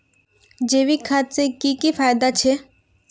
जैविक खाद से की की फायदा छे?